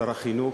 שר החינוך,